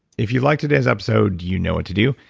if you liked today's episode, you know what to do,